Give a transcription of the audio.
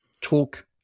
talk